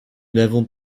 n’avons